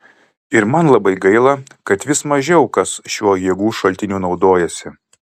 ir man labai gaila kad vis mažiau kas šiuo jėgų šaltiniu naudojasi